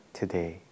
today